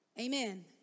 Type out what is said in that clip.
Amen